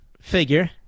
figure